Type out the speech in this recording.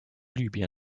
libyen